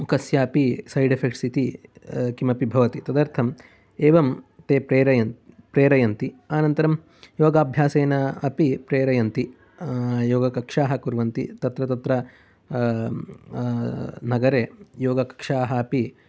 कस्यापि सैडेफेक्ट्स् इति किमपि भवति तदर्थं एवं ते प्रेरयन् प्रेरयन्ति अनन्तरं योगाभ्यासेन अपि प्रेरयन्ति योगकक्षाः कुर्वन्ति तत्र तत्र नगरे योगकक्षाः अपि